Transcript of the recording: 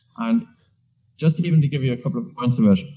and just even to give you a couple of points of it,